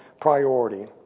priority